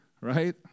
right